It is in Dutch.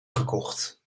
gekocht